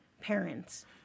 parents